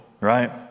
right